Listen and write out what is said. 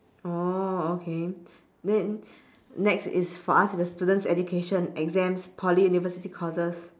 oh okay then next is for us is the students education exams poly university courses